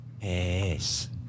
Yes